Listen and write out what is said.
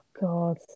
god